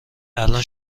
الان